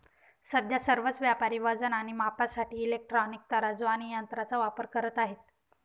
सध्या सर्वच व्यापारी वजन आणि मापासाठी इलेक्ट्रॉनिक तराजू आणि यंत्रांचा वापर करत आहेत